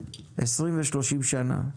20 ו-30 שנה.